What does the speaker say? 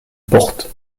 porte